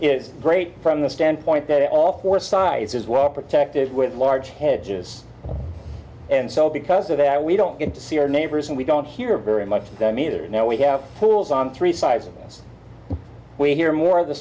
is great from the standpoint that all four sides is well protected with large hedges and so because of that we don't get to see our neighbors and we don't hear very much of them either now we have tools on three sides and we hear more